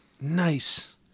nice